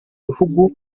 bihugu